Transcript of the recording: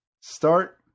Start